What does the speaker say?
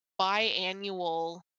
biannual